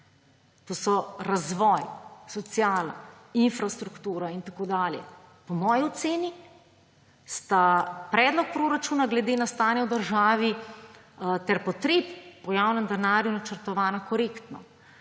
to so razvoj, sociala, infrastruktura in tako dalje. Po moji oceni sta predloga proračuna glede na stanje v državi ter potreb po javnem denarju načrtovana korektno,